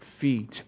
feet